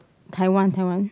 Taiwan Taiwan